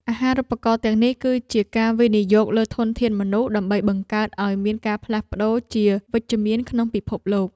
អាហារូបករណ៍ទាំងនេះគឺជាការវិនិយោគលើធនធានមនុស្សដើម្បីបង្កើតឱ្យមានការផ្លាស់ប្តូរជាវិជ្ជមានក្នុងពិភពលោក។